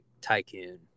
Tycoon